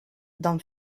don